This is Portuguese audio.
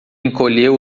encolheu